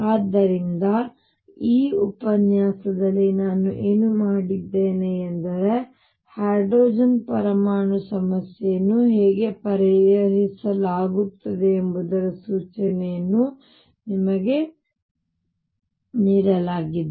ಆದ್ದರಿಂದ ಈ ಉಪನ್ಯಾಸದಲ್ಲಿ ನಾನು ಏನು ಮಾಡಿದ್ದೇನೆ ಎಂದರೆ ಹೈಡ್ರೋಜನ್ ಪರಮಾಣು ಸಮಸ್ಯೆಯನ್ನು ಹೇಗೆ ಪರಿಹರಿಸಲಾಗುತ್ತದೆ ಎಂಬುದರ ಸೂಚನೆಯನ್ನು ನಿಮಗೆ ನೀಡಲಾಗಿದೆ